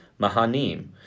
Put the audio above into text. Mahanim